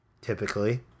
typically